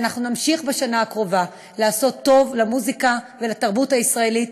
ואנחנו נמשיך בשנה הקרובה לעשות טוב למוזיקה ולתרבות הישראלית,